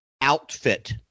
outfit